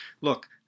Look